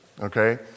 okay